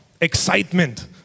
excitement